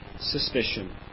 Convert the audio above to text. suspicion